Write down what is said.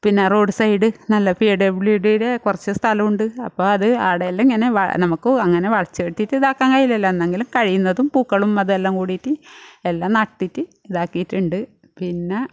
പിന്നെ road side നല്ല P W ഡിയുടെ കുറച്ച് സ്ഥലമുണ്ട് അപ്പം അത് അവിടെയെല്ലാം ഇങ്ങനെ നമുക്ക് അങ്ങനെ വളച്ച് കെട്ടിയിട്ട് ഇതാക്കാൻ കഴിയില്ലല്ലോ എന്നെങ്കിൽ കഴിയുന്നതും പൂക്കളും അതെല്ലാം കൂടിയിട്ട് എല്ലാം നട്ടിട്ട് ഇതാക്കിയിട്ടുണ്ട് പിന്നെ